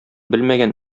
белмәгән